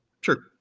Sure